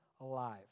alive